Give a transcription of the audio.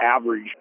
average